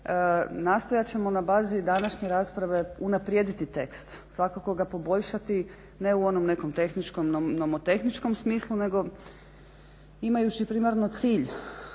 Nastojat ćemo na bazi današnje rasprave unaprijediti tekst, svakako ga poboljšati, ne u onom nekom tehničkom, nomotehničkom smislu nego imajući primarno cilj